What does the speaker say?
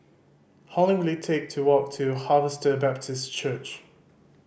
how long will it take to walk to Harvester Baptist Church